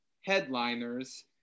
headliners